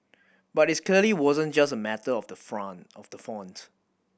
but it clearly wasn't just a matter of the from of the font